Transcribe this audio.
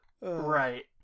Right